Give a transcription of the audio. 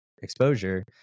exposure